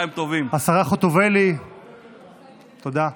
השרה חוטובלי, תודה.